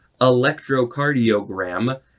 electrocardiogram